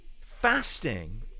Fasting